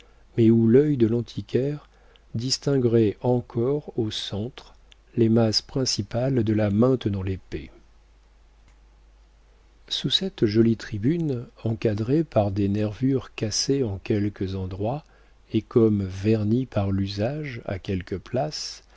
mais où l'œil de l'antiquaire distinguerait encore au centre les masses principales de la main tenant l'épée sous cette jolie tribune encadrée par des nervures cassées en quelques endroits et comme vernie par l'usage à quelques places